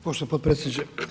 Poštovani potpredsjedniče.